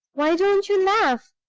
why don't you laugh?